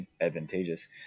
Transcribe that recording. advantageous